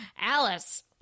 Alice